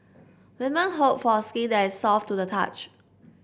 women hope for a skin that is soft to the touch